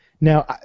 Now